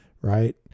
right